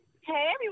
Hey